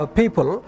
people